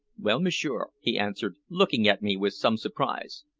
well, m'sieur, he answered, looking at me with some surprise.